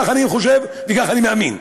כך אני חושב וכך אני מאמין.